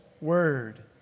word